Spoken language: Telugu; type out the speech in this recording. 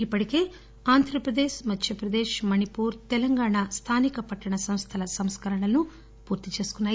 ఇప్పటికే ఆంధ్ర ప్రదేశ్ మధ్య ప్రదేశ్ మణిపూర్ తెలంగాణ స్థానిక పట్టణ సంస్థల సంస్కరణలను పూర్తి చేసుకున్నాయి